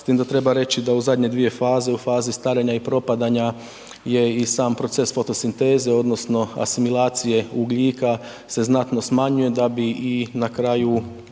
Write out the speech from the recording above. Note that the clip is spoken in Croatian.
s tim da treba reći da u zadnje 2 faze, u fazi starenja i propadanja je i sam proces fotosinteze odnosno asimilacije ugljika se znatno smanjuje da bi i na kraju